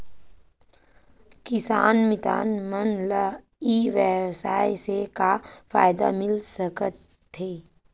किसान मितान मन ला ई व्यवसाय से का फ़ायदा मिल सकथे?